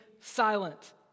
silent